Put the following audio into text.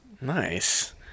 Nice